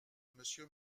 monsieur